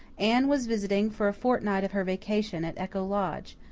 anne was visiting for a fortnight of her vacation at echo lodge,